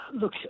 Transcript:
look